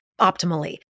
optimally